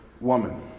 woman